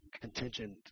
contingent